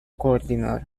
coordinador